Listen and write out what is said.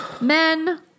Men